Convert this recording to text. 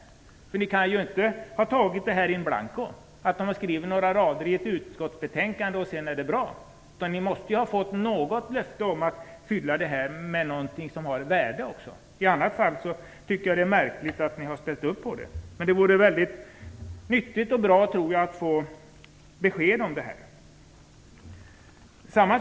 Ni har väl inte tagit det här in blanco? Man skriver ju inte några rader i ett utskottsbetänkande och sedan är det bra. Ni måste ha fått något löfte om att fylla det här med något av värde. I annat fall tycker jag det är märkligt att ni har ställt upp på det. Det vore nyttigt och bra att få besked om den saken.